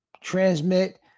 transmit